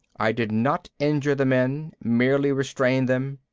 i did not injure the men merely restrained them.